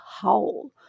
howl